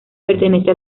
pertenece